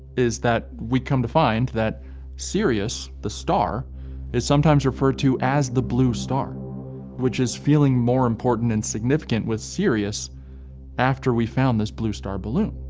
is that we come to find that sirius the star is sometimes referred to as the blue star which is feeling more important and significant with sirius after we found this blue star balloon.